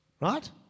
Right